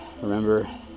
remember